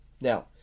Now